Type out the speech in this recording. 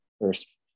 first